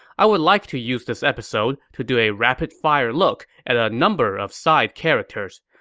i would like to use this episode to do a rapid-fire look at a number of side characters.